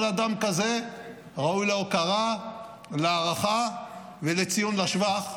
כל אדם כזה ראוי להוקרה, להערכה ולציון לשבח,